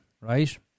right